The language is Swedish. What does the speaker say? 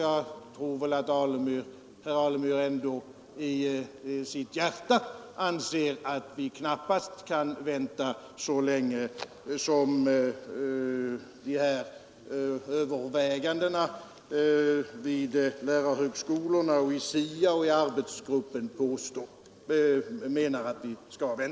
Jag tror väl att herr Alemyr ändå i sitt hjärta anser att vi knappast kan vänta så länge som övervägandena pågår vid lärarhögskolorna, i SIA och i arbetsgruppen.